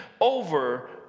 over